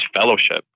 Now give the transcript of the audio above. fellowship